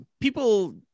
people